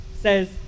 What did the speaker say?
says